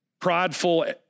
prideful